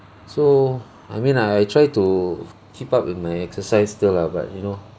so I mean I I try to keep up with my exercise still lah but you know